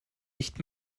nicht